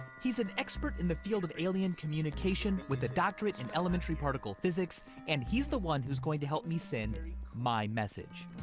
he's an expert in the field of alien communication with a doctorate in elementary particle physics, and he's the one who's going to help me send my message.